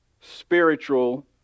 spiritual